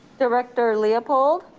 director leopold,